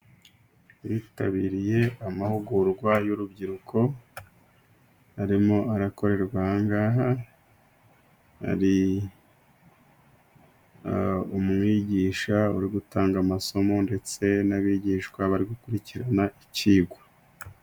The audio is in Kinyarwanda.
Abitabiriye amahugurwa y'urubyiruko arimo arakorerwa aha ngaha, hari umwigisha uri gutanga amasomo ndetse n'abigishwa bari gukurikirana icyigwa.